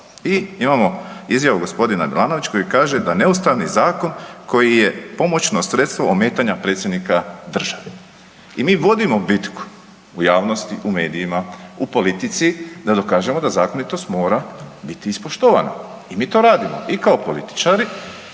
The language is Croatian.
I imamo izjavu g. Milanovića koji kaže da neustavni zakon koji je pomoćno sredstvo ometanja predsjednika države i mi vodimo bitku u javnosti, u medijima, u politici da zakonitost mora biti ispoštovana i mi to radimo i kao političari,